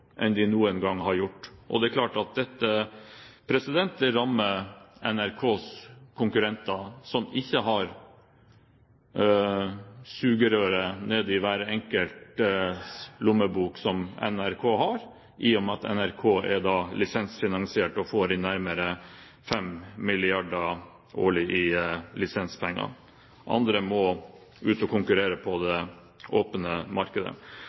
enn de noen gang har hatt. Og det er klart at dette rammer NRKs konkurrenter, som ikke har sugerør ned i hver enkelt lommebok, som NRK har, i og med at NRK er lisensfinansiert og får inn nærmere 5 mrd. kr årlig i lisenspenger. Andre må ut og konkurrere på det åpne markedet.